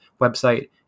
website